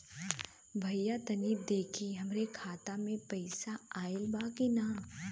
भईया तनि देखती हमरे खाता मे पैसा आईल बा की ना?